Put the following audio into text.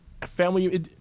family